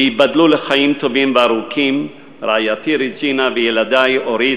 וייבדלו לחיים טובים וארוכים רעייתי רג'ינה וילדי אורית,